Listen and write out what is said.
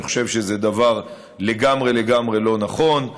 אני חושב שזה דבר לגמרי לא נכון.